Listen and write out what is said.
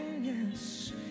yes